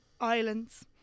islands